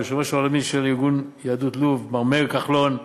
ליושב-ראש העולמי של ארגון יהדות לוב מר מאיר כחלון,